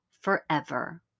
forever